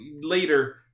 later